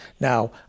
Now